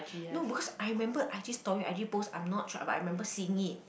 no because I remember I just I_G story I_G post I'm not tr~ but I remember seeing it